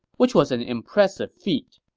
which was an impressive feat.